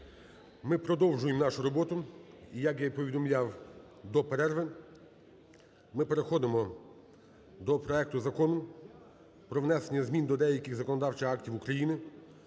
Ми продовжуємо нашу роботу. І як я і повідомляв до перерви, ми переходимо до проекту Закону про внесення змін до деяких законодавчих актів України